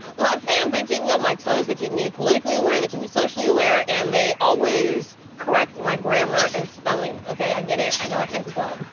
my fans, they keep me on my toes, they keep me politically aware, they keep me socially aware, and they always correct my grammar and spelling. ok, i get it, i know i can't spell,